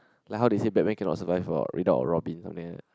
like how they say Batman cannot survive for without a Robin something like that